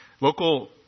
Local